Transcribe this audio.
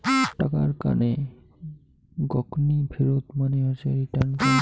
টাকার কানে গকনি ফেরত মানে হসে রিটার্ন করং